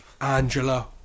Angela